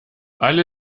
alle